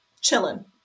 chilling